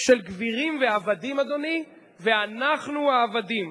של גבירים ועבדים, אדוני, ואנחנו העבדים.